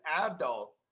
adult